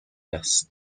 است